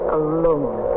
alone